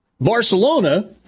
Barcelona